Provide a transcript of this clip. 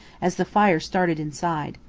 as the fire started inside.